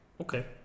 Okay